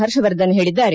ಪರ್ಷವರ್ಧನ್ ಹೇಳಿದ್ದಾರೆ